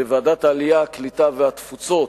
בוועדת העלייה, הקליטה והתפוצות,